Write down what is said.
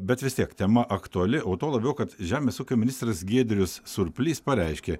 bet vis tiek tema aktuali o tuo labiau kad žemės ūkio ministras giedrius surplys pareiškė